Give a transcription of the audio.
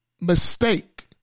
mistake